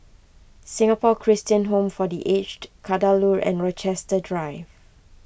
Singapore Christian Home for the Aged Kadaloor and Rochester Drive